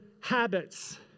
habits